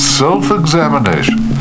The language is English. self-examination